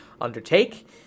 undertake